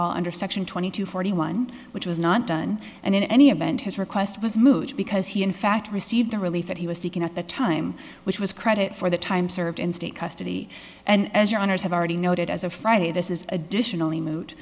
all under section twenty two forty one which was not done and in any event his request was moot because he in fact received the relief that he was seeking at the time which was credit for the time served in state custody and as your honour's have already noted as of friday this is additionally moot